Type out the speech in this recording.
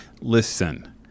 Listen